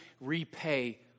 repay